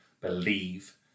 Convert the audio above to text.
believe